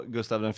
Gustav